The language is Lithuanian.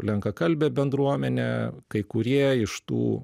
lenkakalbė bendruomenė kai kurie iš tų